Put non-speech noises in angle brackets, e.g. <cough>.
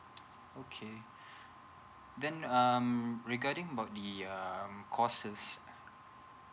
okay <breath> then um regarding about the um couses